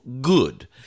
good